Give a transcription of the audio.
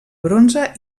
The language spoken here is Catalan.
bronze